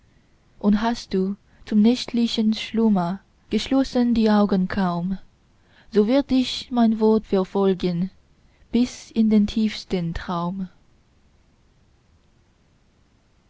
und hast du zum nächtlichen schlummer geschlossen die augen kaum so wird dich mein wort verfolgen bis in den tiefsten traum